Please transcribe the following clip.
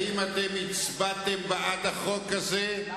האם אתם הצבעתם בעד החוק הזה?